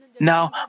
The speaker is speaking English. Now